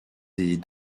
des